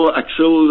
actual